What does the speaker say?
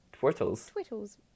Twittles